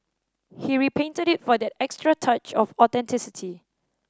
he repainted it for that extra touch of authenticity